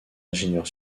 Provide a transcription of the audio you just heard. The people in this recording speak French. ingénieur